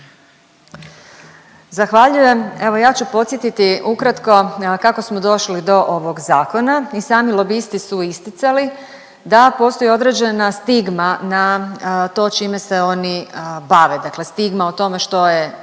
Zahvaljujem. Evo ja ću podsjetiti ukratko kako smo došli do ovog zakona i sami su lobisti isticali da postoji određena stigma na to čime se oni bave, dakle stigma o tome što je